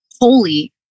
holy